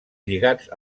lligats